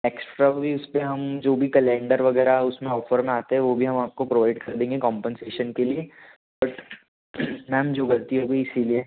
extra भी उस पर हम जो भी कलेंडर वगैरह उसमें ऑफ़र में आते हैं वो भी हम आपको प्रोवाइड कर देंगे कॉम्पनसेशन के लिए बट मैम जो गलती हो गई इसलिए